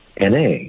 NA